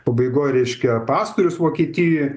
pabaigoj reiškia pastorius vokietijoj